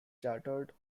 chartered